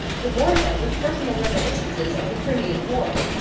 to bore them with personal reminiscences of the crimean war.